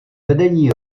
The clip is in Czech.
vedení